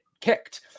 kicked